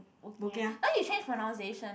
wo kia eh now you change pronunciation